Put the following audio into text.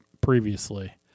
previously